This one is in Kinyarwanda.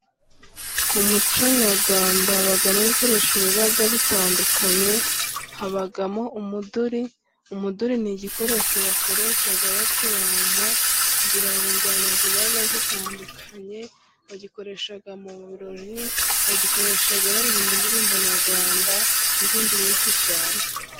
Mu muco nyarwanda habamo ibikoresho biba bitandukanye; habagamo umuduri; umuduri ni igikoresho bakoresha bacuranga, kigira injyana ziba zitandukanye, bagikoresha mu birori, bagikoresha baririmba indirimbo nyarwanda n'izindi nyinshi cyane.